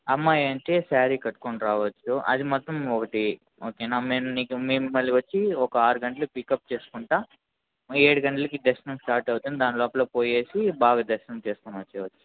అమ్మాయి అంటే సారీ కట్టుకుని రావచ్చు అది మాత్రం ఒకటి ఓకే నా నేను మీకు నేను మిమ్మల్ని వచ్చి ఒక ఆరు గంటలకు పికప్ చేసుకుంటాను ఏడు గంటలకి దర్శనం స్టార్ట్ అవుతుంది దాని లోపల పోయేసి బాగా దర్శనం చేసుకొని వచ్చేయచ్చు